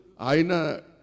aina